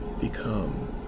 become